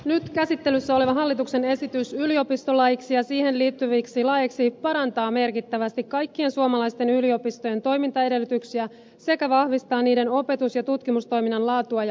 nyt käsittelyssä oleva hallituksen esitys yliopistolaiksi ja siihen liittyviksi laeiksi parantaa merkittävästi kaikkien suomalaisten yliopistojen toimintaedellytyksiä sekä vahvistaa niiden opetus ja tutkimustoiminnan laatua ja vaikuttavuutta